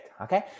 Okay